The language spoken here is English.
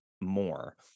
more